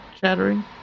chattering